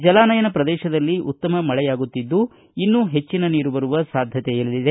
ಜಲಾನಯನ ಪ್ರದೇಶದಲ್ಲಿ ಉತ್ತಮವಾಗಿ ಮಳೆಯಾಗುತ್ತಿದ್ದು ಇನ್ನೂ ಹೆಚ್ಚಿನ ನೀರು ಬರುವ ಸಾಧ್ಯತೆಯಿದೆ